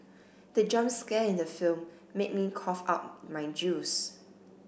the jump scare in the film made me cough out my juice